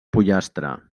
pollastre